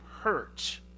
hurt